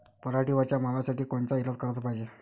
पराटीवरच्या माव्यासाठी कोनचे इलाज कराच पायजे?